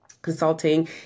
consulting